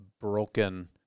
broken